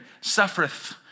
suffereth